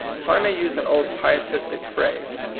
if i may use an old pietistic phrase,